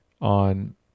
on